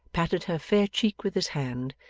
patted her fair cheek with his hand,